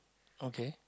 okay